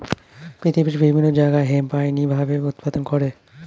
পৃথিবীর বিভিন্ন জায়গায় হেম্প আইনি ভাবে উৎপাদন করে